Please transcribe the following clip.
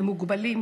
למוגבלים,